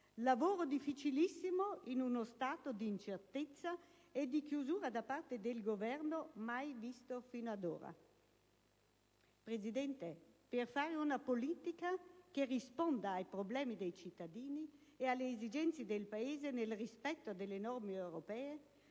stato difficilissimo in uno stato di incertezza e di chiusura da parte del Governo, mai visto fino ad ora. Signor Presidente, per fare una politica che risponda ai problemi dei cittadini e alle esigenze del Paese nel rispetto delle norme europee